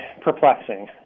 perplexing